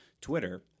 twitter